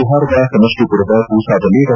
ಬಿಹಾರದ ಸಮಷ್ಟಿಪುರದ ಪೂಸಾದಲ್ಲಿ ಡಾ